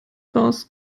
baust